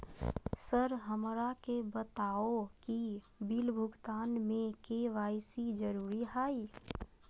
Sir हमरा के बताओ कि बिल भुगतान में के.वाई.सी जरूरी हाई?